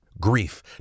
grief